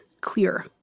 clear